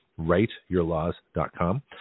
writeyourlaws.com